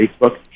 Facebook